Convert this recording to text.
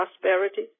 prosperity